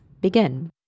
begin